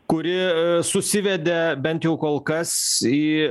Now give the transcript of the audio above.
kuri susivedė bent jau kol kas į